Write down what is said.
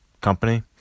company